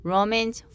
Romans